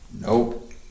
Nope